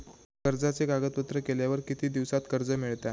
कर्जाचे कागदपत्र केल्यावर किती दिवसात कर्ज मिळता?